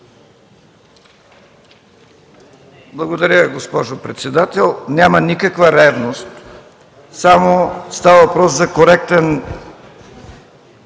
Благодаря, госпожо председател. Няма никаква ревност. Става въпрос за коректна